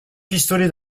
pistolet